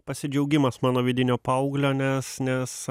pasidžiaugimas mano vidinio paauglio nes nes